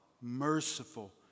merciful